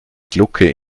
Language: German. glucke